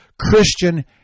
Christian